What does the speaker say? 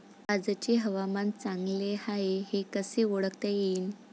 आजचे हवामान चांगले हाये हे कसे ओळखता येईन?